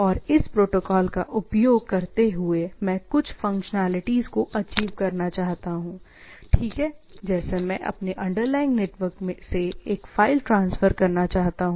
और इस प्रोटोकॉल का उपयोग करते हुए मैं कुछ फंक्शनैलिटीज को अचीव करना चाहता हूं ठीक है जैसे मैं अपने अंडरलाइनग नेटवर्क से एक फ़ाइल ट्रांसफर करना चाहता हूं